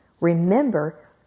Remember